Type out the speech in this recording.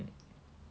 ya ya ya